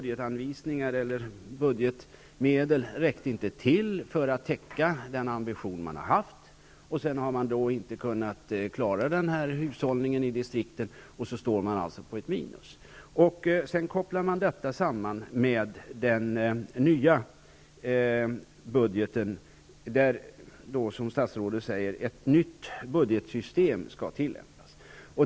Den gamla regeringens budgetmedel räckte inte till för att täcka den ambition man har haft. Man har inte kunnat klara hushållningen i distriktet och står på minus. Detta kopplas samman med den nya budgeten, där -- som statsrådet säger -- ett nytt budgetsystem skall tillämpas.